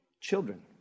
children